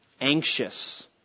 anxious